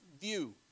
view